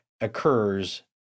occurs